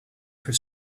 for